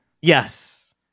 Yes